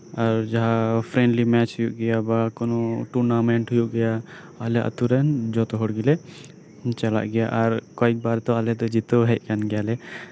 ᱟᱨ ᱡᱟᱦᱟᱸ friendly match ᱦᱳᱭᱳᱜ ᱜᱮᱭᱟ ᱵᱟ ᱠᱳᱱᱳ ᱴᱩᱨᱱᱟ ᱢᱮᱸᱴ ᱦᱳᱭᱳᱜ ᱜᱮᱭᱟ ᱟᱞᱮ ᱟᱛᱩᱨᱮᱱ ᱡᱷᱚᱛᱚ ᱦᱚᱲ ᱜᱮᱞᱮ ᱪᱟᱞᱟᱜ ᱜᱮᱭᱟ ᱟᱨ ᱠᱚᱭᱮᱠ ᱵᱟᱨ ᱟᱞᱮ ᱫᱚ ᱡᱤᱛᱟᱹᱣ ᱦᱮᱡ ᱟᱠᱟᱱ ᱜᱮᱭᱟᱞᱮ